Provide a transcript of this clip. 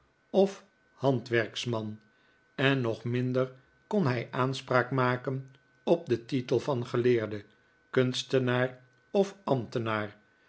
of handwerksman en nog minder kon hij aanspraak maken op den titel van geleerde kunstenaar of ambtenaar